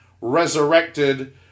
resurrected